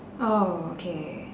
oh K